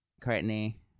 Courtney